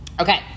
Okay